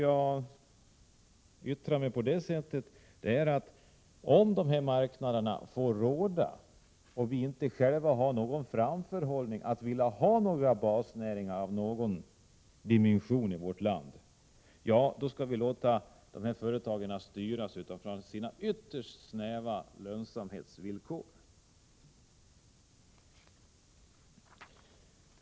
Jag yttrar mig på detta sätt därför att om dessa marknader får råda och vi i Sverige inte har en framförhållning inriktad på behållande av basnäringar av någon dimension i vårt land, får de här företagen styras med utgångspunkt i ytterst snäva lönsamhetsvillkor.